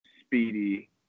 Speedy